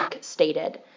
stated